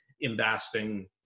investing